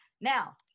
Now